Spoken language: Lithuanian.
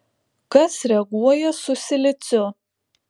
kas reaguoja su siliciu